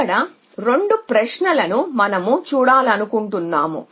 మనం 2 ప్రశ్నల వద్ద చూడాలనుకుంటున్నాము